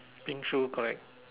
pink shoes correct